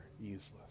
useless